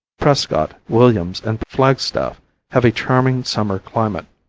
prescott, williams and flagstaff have a charming summer climate,